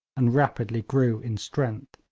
and rapidly grew in strength.